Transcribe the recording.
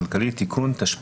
סט התקנות הזה הוא עוד